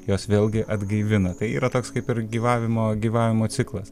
jos vėlgi atgaivina tai yra toks kaip ir gyvavimo gyvavimo ciklas